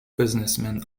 businessmen